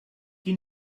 qui